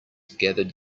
gathered